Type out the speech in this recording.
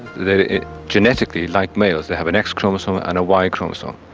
they're genetically like males, they have an x chromosome and a y chromosome,